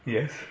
Yes